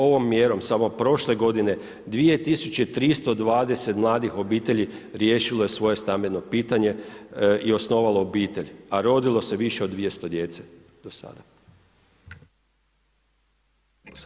Ovom mjerom samo prošle godine 2320 mladih obitelji riješilo je svoje stambeno pitanje i osnovalo obitelj, a rodilo se više od 200 djece do sada.